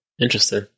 Interesting